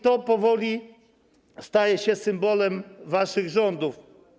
To powoli staje się symbolem waszych rządów.